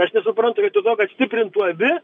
aš nesuprantu vietoj to kad stiprintų abi